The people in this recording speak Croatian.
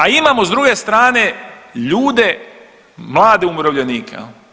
A imamo s druge strane ljude, mlade umirovljenike.